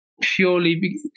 purely